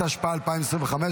התשפ"ה 2025,